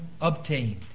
obtained